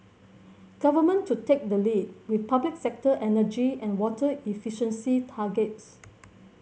government to take the lead with public sector energy and water efficiency targets